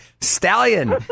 Stallion